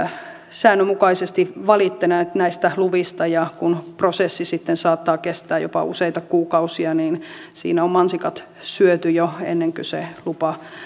säännönmukaisesti valittaneet näistä luvista ja kun prosessi sitten saattaa kestää jopa useita kuukausia niin siinä on mansikat syöty jo ennen kuin se lupa